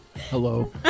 Hello